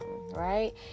right